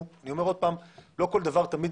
הסבר על כל תקלה,